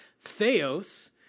theos